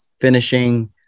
finishing